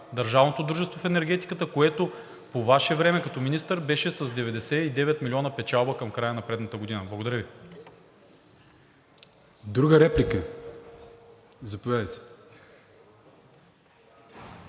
Държавното дружество в енергетиката, което по Ваше време като министър беше с 99 милиона печалба към края на предната година. Благодаря Ви. ПРЕДСЕДАТЕЛ АТАНАС